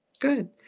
Good